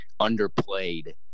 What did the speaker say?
underplayed